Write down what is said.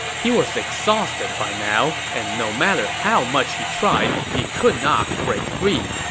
he was exhausted by now, and no matter how much he tried, he could not break free.